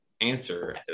answer